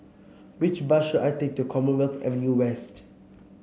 which bus should I take to Commonwealth Avenue West